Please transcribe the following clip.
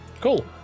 cool